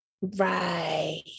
Right